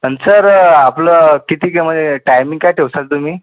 अन् सर आपलं कितीकं मग आहे टायमिंग काय ठेवशाल तुम्ही